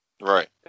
Right